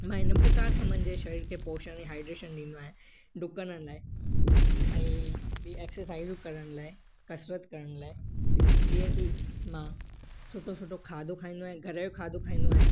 मां हिन प्रकार खां मुंहिंजे शरीर खे पोषण ऐं हाइड्रेशन ॾींदो आहिया ॾुकण लाइ ऐं ॿी एक्सरसाइजूं करण लाइ कसरतु करण लाइ जीअं की मां सुठो सुठो खाधो खाईंदो आहियां घर जो खाधो खाईंदो आहियां